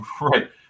Right